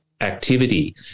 activity